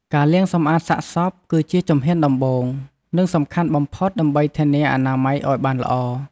ការលាងសម្អាតសាកសពគឺជាជំហានដំបូង និងសំខាន់បំផុតដើម្បីធានាអនាម័យឲ្យបានល្អ។